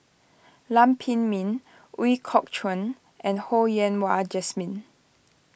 Lam Pin Min Ooi Kok Chuen and Ho Yen Wah Jesmine